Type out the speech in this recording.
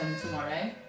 tomorrow